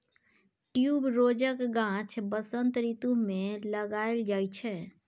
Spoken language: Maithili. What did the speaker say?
ट्युबरोजक गाछ बसंत रितु मे लगाएल जाइ छै